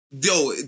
yo